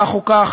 כך או כך,